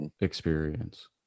experience